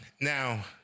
now